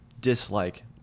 dislike